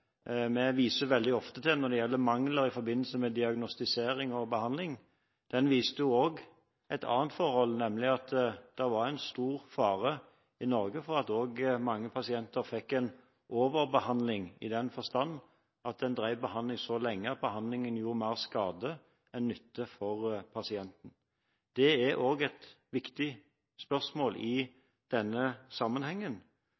vi veldig ofte viser til når det gjelder mangler i forbindelse med diagnostisering og behandling, viste også et annet forhold, nemlig at det var en stor fare i Norge for at mange pasienter ble overbehandlet i den forstand at en drev behandling så lenge at behandlingen gjorde mer skade enn nytte for pasienten. Det er også et viktig spørsmål